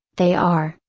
they are,